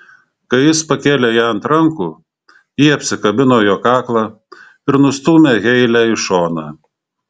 kai jis pakėlė ją ant rankų ji apsikabino jo kaklą ir nustūmė heilę į šoną